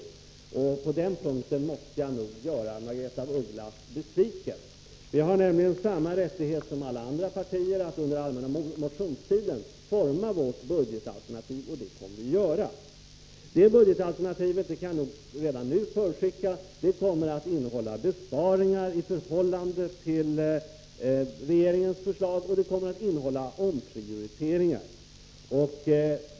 På den punkten 14 december 1983 måste jag nog göra henne besviken. Jag har nämligen samma rättigheter som alla andra partiers representanter, nämligen att under den allmänna motionstiden vara med och forma vårt partis budgetalternativ, och det kommer jag att göra. Men jag kan redan nu förutskicka att det budgetalternativet kommer att innehålla besparingar i förhållande till regeringens förslag, och det kommer att innehålla omprioriteringar.